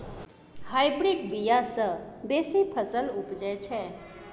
hybrid बीया सँ बेसी फसल उपजै छै